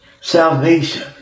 salvation